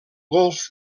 golf